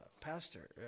Pastor